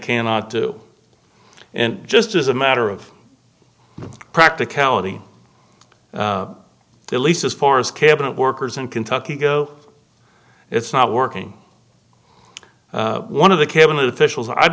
cannot do and just as a matter of practicality at least as far as cabinet workers and kentucky go it's not working one of the cabinet officials i